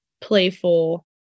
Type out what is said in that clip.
playful